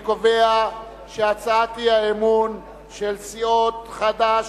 אני קובע שהצעת האי-אמון של סיעות חד"ש,